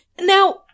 now